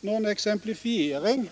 Någon exemplifiering